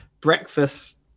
Breakfast